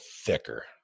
thicker